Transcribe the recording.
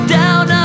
down